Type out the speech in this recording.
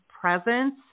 presence